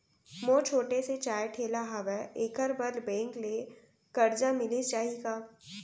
मोर छोटे से चाय ठेला हावे एखर बर बैंक ले करजा मिलिस जाही का?